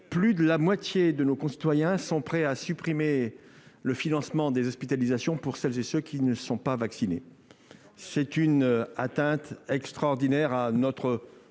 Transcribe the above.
plus de la moitié de nos concitoyens sont prêts à supprimer le financement des hospitalisations des personnes non vaccinées. C'est une atteinte extraordinaire à notre